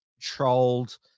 trolled